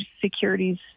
securities